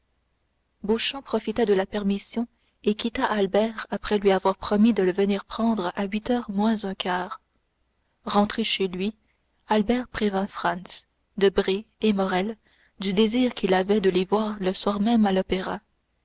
beauchamp profita de la permission et quitta albert après lui avoir promis de le venir prendre à huit heures moins un quart rentré chez lui albert prévint franz debray et morrel du désir qu'il avait de les voir le soir même à l'opéra